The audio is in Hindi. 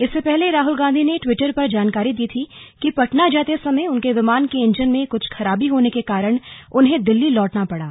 इससे पहले राहल गांधी ने ट्वीटर पर जानकारी दी थी कि पटना जाते समय उनके विमान के इंजन में कुछ खराबी होने के कारण उन्हें दिल्ली लौटना पड़ा